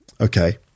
okay